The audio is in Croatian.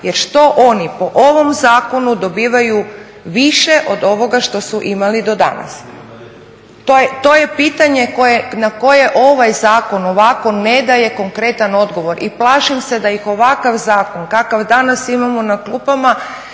Jer što oni po ovom zakonu dobivaju više od ovoga što su imali do danas. To je pitanje na koje ovaj zakon ovako ne daje konkretan odgovor i plašim se da ih ovakav zakon kakav danas imamo na klupama